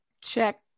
check